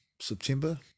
September